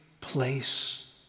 place